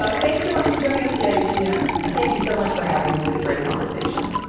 ah thanks so much for joining us today virginia. thank you so much for having me, it was a great conversation.